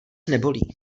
nebolí